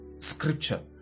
Scripture